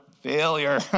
failure